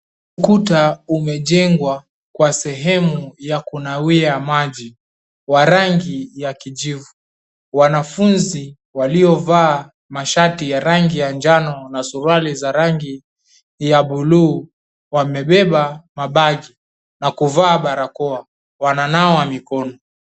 Ukuta umejengwa kwa sehemu ya kunawia maji, wa rangi ya kijivu, wananafunzi waliovaa mashati ya rangi ya njano na suruali za rangi ya buluu wamebeba mabegi na kuvaa barakoa, wananawa mikono.